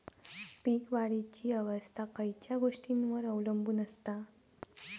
पीक वाढीची अवस्था खयच्या गोष्टींवर अवलंबून असता?